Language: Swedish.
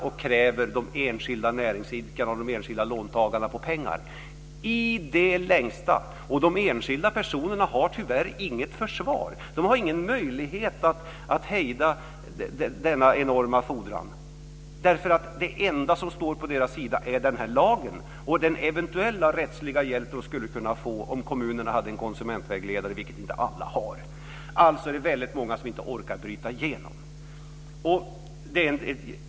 De kräver de enskilda näringsidkarna och de enskilda låntagarna på pengar i de längsta. De enskilda personerna har tyvärr inget att sätta emot. De har ingen möjlighet att hejda denna enorma fordran, därför att det enda som står på deras sida är den här lagen och den eventuella rättsliga hjälp som de skulle kunna få om kommunen hade en konsumentvägledare, vilket inte alla kommuner har. Alltså är det väldigt många som inte orkar att ta sig igenom.